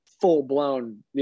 full-blown